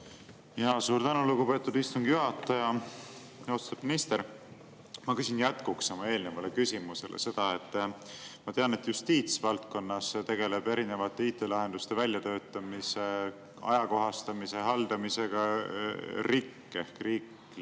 Suur tänu, lugupeetud istungi juhataja! Austatud minister! Ma küsin jätkuks oma eelnevale küsimusele. Ma tean, et justiitsvaldkonnas tegeleb erinevate IT-lahenduste väljatöötamise ja ajakohastamise haldamisega RIK ehk riiklik